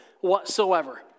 whatsoever